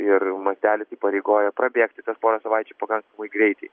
ir mastelis įpareigoja prabėgti tas pora savaičių pakankamai greitai